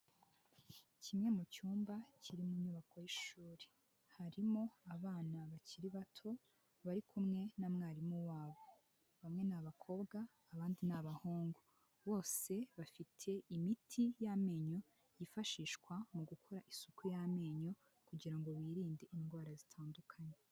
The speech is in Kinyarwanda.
Kimwe mu cyumba kiri mu nyubako y'ishuri harimo abana bakiri bato bari kumwe na mwarimu wabo bamwe ni abakobwa abandi ni abahungu bose bafite imiti y'amenyo yifashishwa mu gukora isuku y'amenyo kugira ngo birinde indwara zitandukanye.